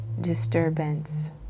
Disturbance